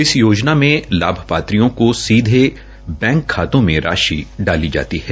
इस योजना में लाभार्थियों को सीधे उनके बैंक खाते में राशि डाली जाती है